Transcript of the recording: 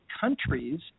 countries